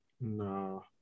No